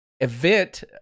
event